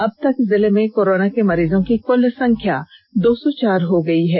अब तक जिले में कोरोना के मरीजों की कुल संख्या दो सौ चार हो गई है